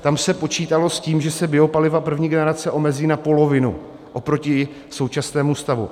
Tam se počítalo s tím, že se biopaliva první generace omezí na polovinu oproti současnému stavu.